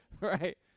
right